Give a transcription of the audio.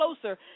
closer